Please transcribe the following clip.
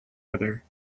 other